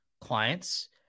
clients